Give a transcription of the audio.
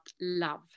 love